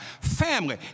family